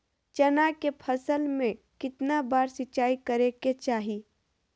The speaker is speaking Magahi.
चना के फसल में कितना बार सिंचाई करें के चाहि?